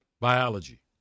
biology